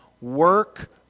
Work